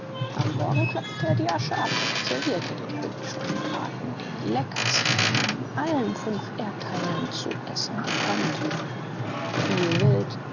am morgen klopfte er die asche ab und servierte den wildschweinbraten den leckersten den man in allen fünf erdteilen zu essen bekommt viel wild